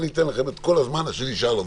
ואתן לכם את כל הזמן שנשאר לנו,